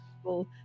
people